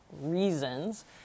reasons